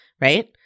right